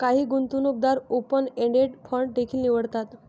काही गुंतवणूकदार open ended fund देखील निवडतात